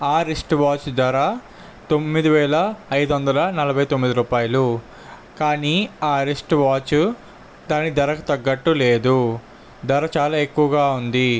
ఆ wrist watch ధర తొమ్మిది వేల ఐదు వందల నలభై తొమ్మిది రూపాయలు కానీ ఆ రిస్ట్ వాచ్ దాని ధరకు తగ్గట్టు లేదు ధర చాలా ఎక్కువగా ఉంది